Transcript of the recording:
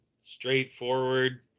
straightforward